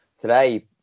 today